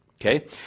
okay